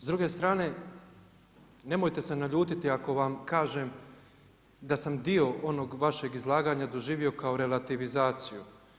S druge strane, nemojte se naljutiti ako vam kažem da sam dio onog vašeg izlaganja doživio kao relativizaciju.